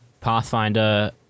Pathfinder